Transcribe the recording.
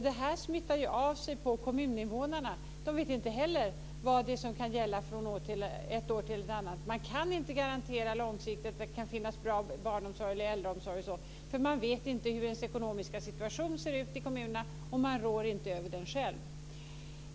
Detta smittar av sig på kommuninvånarna, som inte heller vet vad som kan gälla från ett år till ett annat. Man kan inte långsiktigt garantera att det kan finnas bra barnomsorg, äldreomsorg osv., eftersom man inte vet hur ens ekonomiska situation ser ut i kommunerna och inte rår över den själv.